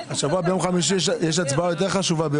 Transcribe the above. השבוע ביום חמישי בבוקר יש הצבעה יותר חשובה.